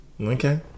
Okay